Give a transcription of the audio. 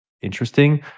interesting